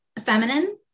feminine